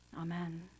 Amen